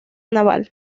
naval